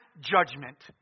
judgment